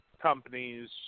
companies